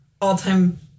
all-time